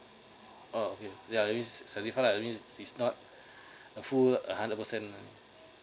oh okay ya it's seventy five percent lah it's I mean it's not a full uh hundred percent